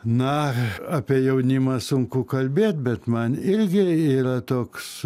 na apie jaunimą sunku kalbėt bet man irgi yra toks